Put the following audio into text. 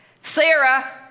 Sarah